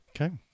Okay